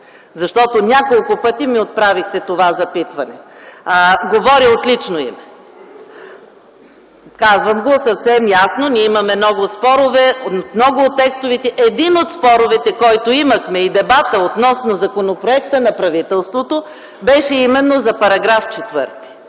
защото няколко пъти ми отправихте това запитване. Говоря от лично име. Казвам го съвсем ясно. Казвам го много ясно – ние имаме много спорове по много от текстовете. Един от споровете, който имахме, и дебатът относно законопроекта на правителството, беше именно за § 4